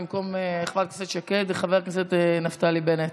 במקום חברת הכנסת שקד ישיב חבר הכנסת נפתלי בנט.